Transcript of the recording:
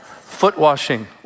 Foot-washing